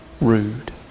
rude